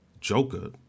Joker